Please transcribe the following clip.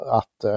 att